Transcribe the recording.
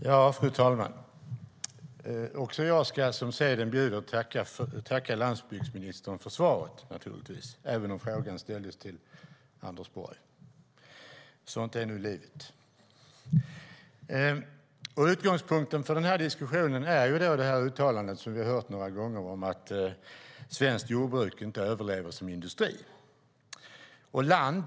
Fru talman! Också jag ska, som seden bjuder, tacka landsbygdsministern för svaret, även om frågan ställdes till Anders Borg. Sådant är nu livet. Utgångspunkten för diskussionen är uttalandet, som vi har hört några gånger, om att svenskt jordbruk inte överlever som industri.